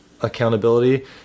accountability